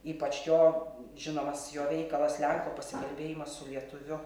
ypač jo žinomas jo veikalas lenko pasikalbėjimas su lietuviu